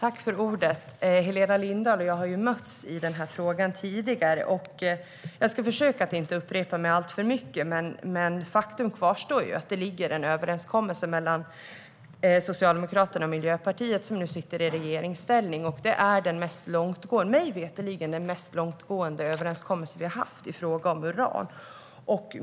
Herr talman! Helena Lindahl och jag har diskuterat den här frågan tidigare. Jag ska försöka att inte upprepa mig alltför mycket, men faktum kvarstår att det finns en överenskommelse mellan Socialdemokraterna och Miljöpartiet som nu sitter i regeringsställning. Det är den, mig veterligen, mest långtgående överenskommelse som vi har haft i fråga om uran.